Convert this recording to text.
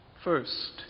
First